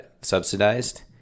subsidized